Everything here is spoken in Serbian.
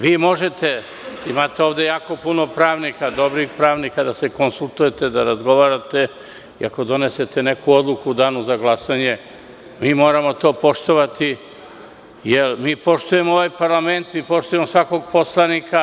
Vi možete, imate ovde jako puno pravnika, dobrih pravnika, da se konsultujete, da razgovarate i ako donesete neku odluku u Danu za glasanje mi moramo to poštovati, jer mi poštujemo ovaj parlament i poštujemo svakog poslanika.